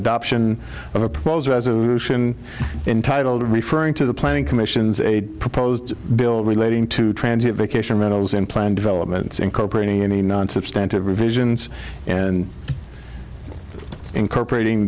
adoption of a proposed resolution entitled referring to the planning commission's a proposed bill relating to transit vacation rentals and plan developments incorporating any non substantive revisions and incorporating